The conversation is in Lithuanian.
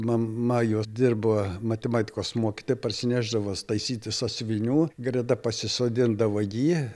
mama jo dirbo matematikos mokytoja parsinešdavo taisyti sąsiuvinių greta pasisodindavo jį